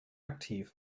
aktiv